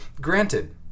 Granted